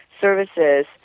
services